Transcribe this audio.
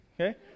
Okay